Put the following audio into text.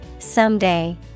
Someday